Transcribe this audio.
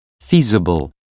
Feasible